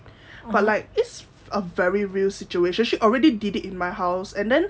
but like it's a very real situation she already did it in my house and then